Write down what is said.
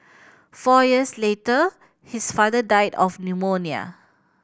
four years later his father died of pneumonia